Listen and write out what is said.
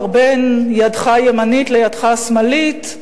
כבר בין ידך הימנית לידך השמאלית,